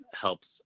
helps